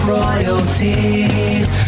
royalties